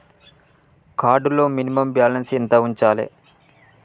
Card లో minimum balance ఎంత ఉంచాలే?